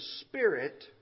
spirit